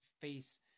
face